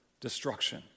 destruction